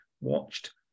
watched